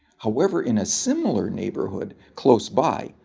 however in a similar neighborhood close by,